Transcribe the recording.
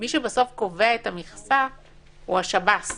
מי שבסוף קובע את המכסה הוא השב"ס.